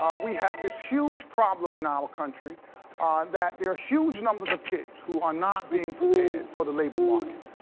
we have this huge problem in our country um that there are huge numbers of kids who are not being prepared for the labor market.